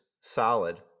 solid